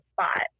spot